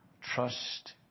trust